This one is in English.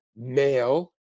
male